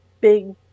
big